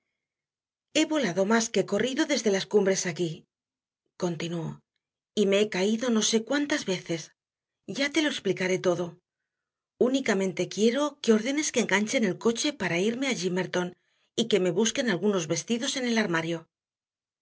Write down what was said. he volado más que corrido desde las cumbres aquí continuó y me he caído no sé cuántas veces ya te lo explicaré todo únicamente quiero que ordenes que enganchen el coche para irme a gimmerton y que me busquen algunos vestidos en el armario